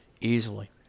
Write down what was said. Easily